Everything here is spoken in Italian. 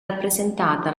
rappresentata